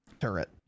turret